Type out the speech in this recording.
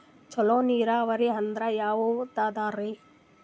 ಚಲೋ ನೀರಾವರಿ ಅಂದ್ರ ಯಾವದದರಿ?